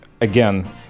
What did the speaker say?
again